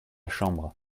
chambre